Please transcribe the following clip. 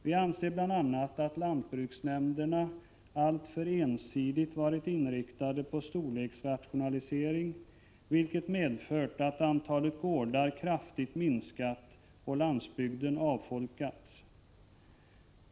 Vi anser bl.a. att lantbruksnämnderna för ensidigt har varit inriktade på storleksrationalisering, vilket har medfört att antalet gårdar kraftigt minskat och landsbygden avfolkats.